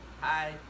Hi